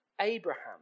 Abraham